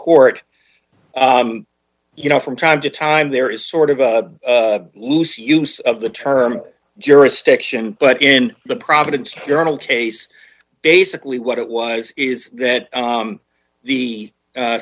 court you know from time to time there is sort of a loose use of the term jurisdiction but in the providence journal case basically what it was is that the